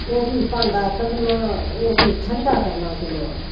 ओह् बी भाडां कड्ढना ओह् भी ठंडा करना किलोआं